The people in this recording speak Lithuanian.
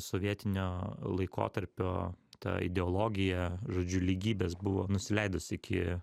sovietinio laikotarpio ta ideologija žodžiu lygybės buvo nusileidus iki